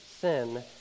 sin